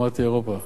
אירופה,